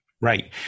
right